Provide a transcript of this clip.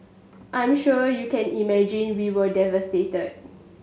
I'm sure you can imagine we were devastated